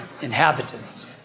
inhabitants